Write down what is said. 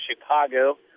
Chicago